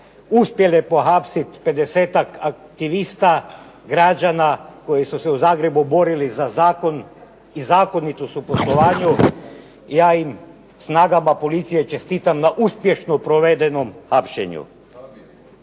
uspjele pohapsiti pedesetak aktivista građana koji su se u Zagrebu borili za zakon i zakonitost u poslovanju. Ja snagama policije čestitam na uspješno provedenom hapšenju.